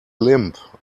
limp